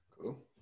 Cool